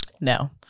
no